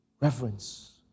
Reverence